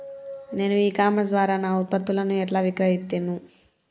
నేను e commerce ద్వారా నా ఉత్పత్తులను ఎట్లా విక్రయిత్తను?